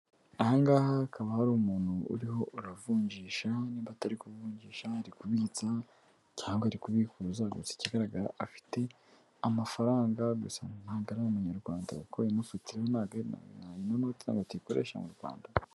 Ahangaha hakaba hari umuntu urimo uravunjisha, nimba atari ku kuvungisha ari kubitsa cyangwa ari kubikuza, gusa ikigaragara afite amafaranga gusa ntago ari amanyarwanda kuko ino note ntago tuyikoresha hano mu Rwanda.